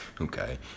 okay